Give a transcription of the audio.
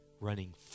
running